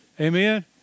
Amen